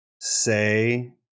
say